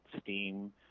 steam